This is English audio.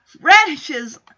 radishes